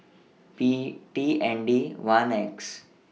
P T N D one X